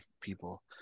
people